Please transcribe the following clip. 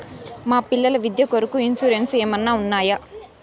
మా పిల్లల విద్య కొరకు ఇన్సూరెన్సు ఏమన్నా ఉన్నాయా?